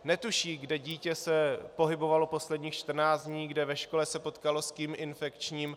Netuší, kde dítě se pohybovalo posledních 14 dní, kde ve škole se potkalo s kým infekčním.